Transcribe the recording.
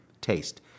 taste